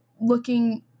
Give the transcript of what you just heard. looking